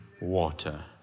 water